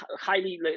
highly